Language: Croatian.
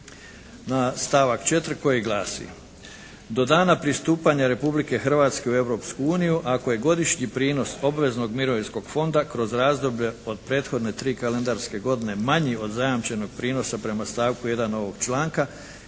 na stavak 4. koji glasi: "Do dana pristupanja Republike Hrvatske u Europsku uniju ako je godišnji prinos obveznog mirovinskog fonda kroz razdoblje od prethodne tri kalendarske godine manji od zajamčenog prinosa prema stavku 1. ovog članka,